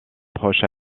proche